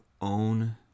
own